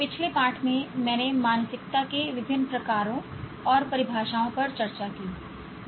पिछले पाठ में मैंने मानसिकता के विभिन्न प्रकारों और परिभाषाओं पर चर्चा की